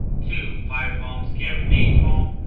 two fire bombs carrying napalm,